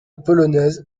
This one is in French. polonaise